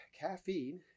caffeine